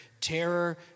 terror